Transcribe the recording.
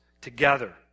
together